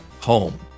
home